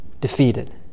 defeated